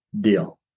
deal